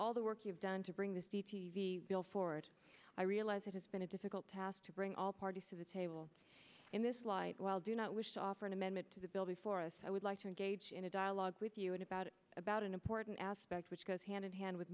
all the work you've done to bring this c t v bill forward i realize it has been a difficult task to bring all parties to the table in this light while do not wish to offer an amendment to the bill before us i would like to engage in a dialogue with you and about it about an important aspect which goes hand in hand with